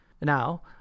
Now